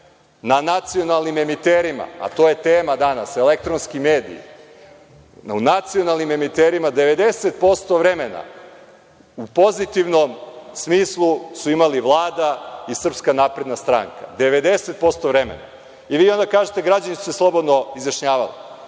na nacionalnim emiterima, a to je tema danas, elektronski mediji, nacionalnim emiterima 90% vremena u pozitivnom smislu su imali Vlada i Srpska napredna Stranka. Devedeset posto vremena. Vi onda kažete – građani su se slobodno izjašnjavali.